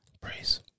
Praise